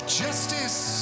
justice